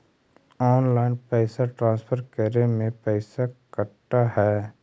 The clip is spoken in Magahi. ऑनलाइन पैसा ट्रांसफर करे में पैसा कटा है?